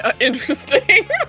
Interesting